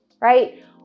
right